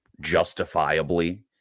justifiably